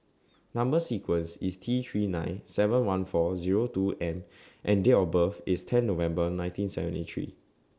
Number sequence IS T three nine seven one four Zero two M and Date of birth IS ten November nineteen seventy three